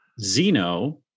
zeno